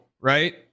right